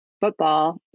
football